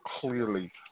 clearly